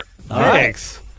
Thanks